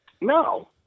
No